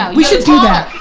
ah we should do that.